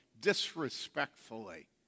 disrespectfully